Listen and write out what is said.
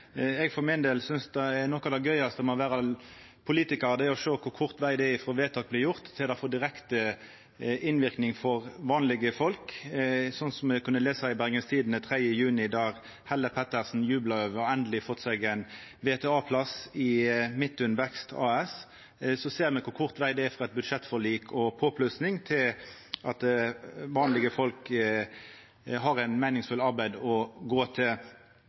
eg er sterkt hos alle. Eg synest at noko av det gøyaste med å vera politikar er å sjå kor kort veg det er frå vedtak blir gjort, til det får direkte innverknad for vanlege folk. I Bergens Tidende 3. juni kunne ein lesa om at Helle Pettersen jublar over endeleg å ha fått seg ein VTA-plass i Midtun Vekst AS. Me ser kor kort veg det er frå eit budsjettforlik og påplussing til at vanlege folk har eit meiningsfullt arbeid å gå til.